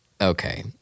Okay